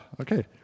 Okay